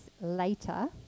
later